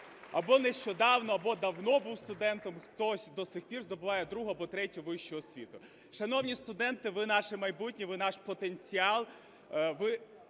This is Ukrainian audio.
або нещодавно, або давно був студентом, хтось до сих пір здобуває другу або третю вищу освіту. Шановні студенти, ви наше майбутнє, ви наш потенціал,